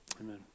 Amen